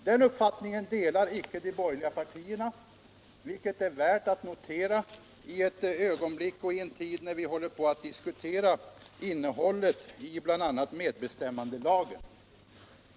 Den uppfattningen delar icke de borgerliga partierna, vilket är värt att notera i en tid när vi bl.a. håller på att diskutera innehållet i medbestämmandelagen.